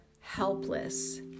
helpless